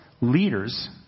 leaders